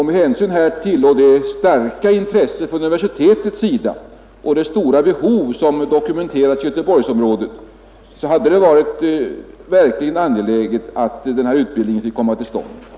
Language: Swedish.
Men hänsyn härtill och med tanke på det starka intresset från universitetets sida och det stora behov som dokumenterats i Göteborgsområdet hade det verkligen varit angeläget att denna utbildning fått komma till stånd.